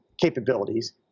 capabilities